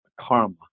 karma